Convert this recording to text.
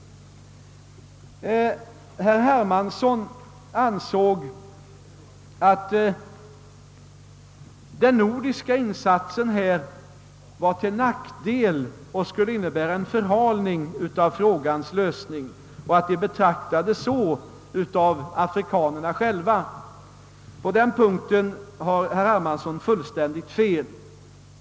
Herr Hermansson ansåg att den nordiska insatsen var till nackdel och skulle innebära en förhalning av frågans lösning och att den betraktades så av afrikanerna själva. På denna punkt har herr Hermansson fullständigt fel.